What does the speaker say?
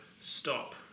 Stop